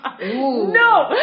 No